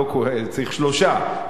צריך שלושה,